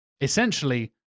essentially